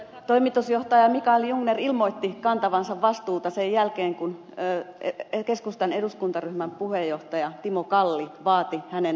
toimitusjohtaja mikael jungner ilmoitti kantavansa vastuuta sen jälkeen kun keskustan eduskuntaryhmän puheenjohtaja timo kalli vaati hänen eroaan